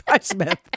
Smith